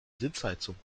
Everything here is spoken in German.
sitzheizung